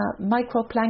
microplankton